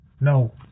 no